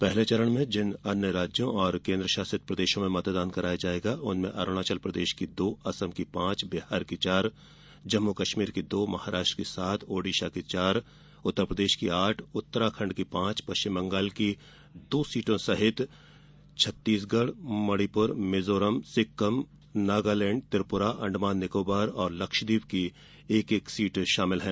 पहले चरण में जिन अन्य राज्यों और केन्द्र शासित प्रदेशों में मतदान कराया जाएगा उनमें अरुणाचल प्रदेश की दो असम की पांच बिहार की चार जम्मू कश्मीर की दो महाराष्ट्र की सात ओडीसा की चार उत्तरप्रदेश की आठ उत्तराखंड की पांच पश्चिम बंगाल की दो सीटों सहित छत्तीसगढ़ मणिपूर मिजोरम सिक्किम नगालैंड त्रिपूरा अंडमान निकोबार और लक्ष्यदीप की एक एक सीट शामिल है